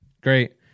Great